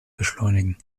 beschleunigen